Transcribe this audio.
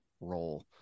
role